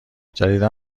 جدیدا